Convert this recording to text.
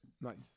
Nice